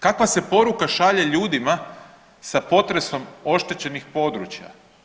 Kakva se poruka šalje ljudima sa potresom oštećenih područja?